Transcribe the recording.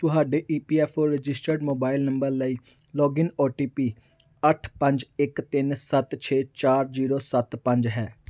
ਤੁਹਾਡੇ E P F O registered mobile number ਲਈ login O T P ਅੱਠ ਪੰਜ ਇੱਕ ਤਿੰਨ ਸੱਤ ਛੇ ਚਾਰ ਜੀਰੋ ਸੱਤ ਪੰਜ ਹੈ